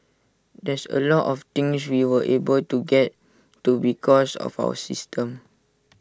there's A lot of things we were able to get to because of our system